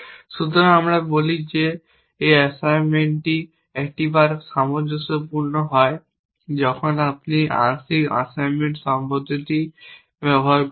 সুতরাং আমরা বলি যে এই অ্যাসাইনমেন্টটি একটি বার সামঞ্জস্যপূর্ণ হয় যখন আপনি আংশিক অ্যাসাইনমেন্ট শব্দটি ব্যবহার করেন